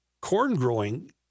corn-growing